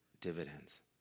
dividends